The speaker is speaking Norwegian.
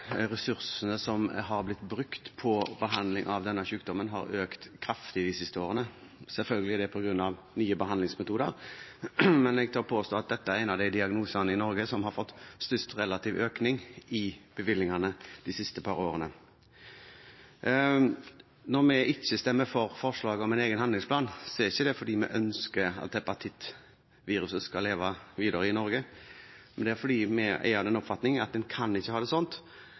ressursene som har blitt brukt på behandling av denne sykdommen, har økt kraftig de siste årene. Selvfølgelig er det på grunn av nye behandlingsmetoder, men jeg tør påstå at dette er en av de diagnosene i Norge som har fått størst relativ økning i bevilgningene de siste par årene. Når vi ikke stemmer for forslaget om en egen handlingsplan, er ikke det fordi vi ønsker at hepatittviruset skal leve videre i Norge, men det er fordi vi er av den oppfatning at en kan ikke ha det sånn